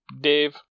Dave